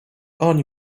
oni